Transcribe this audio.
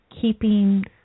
Keeping